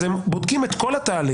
אז הם בודקים את כל התהליך,